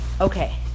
Okay